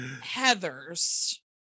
Heather's